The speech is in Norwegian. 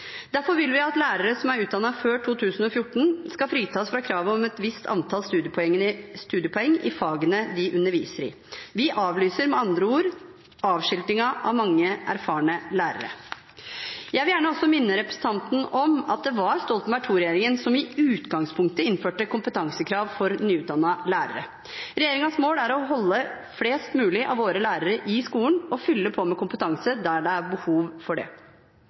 Derfor vil vi at lærere som er utdannet før 2014, skal fritas fra kravet om et visst antall studiepoeng i fagene de underviser i. Vi avlyser med andre ord avskiltingen av mange erfarne lærere. Jeg vil gjerne også minne representanten om at det var Stoltenberg II-regjeringen som i utgangspunktet innførte kompetansekrav for nyutdannede lærere. Regjeringens mål er å holde flest mulig av våre lærere i skolen og fylle på med kompetanse der det er behov for det.